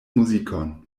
muzikon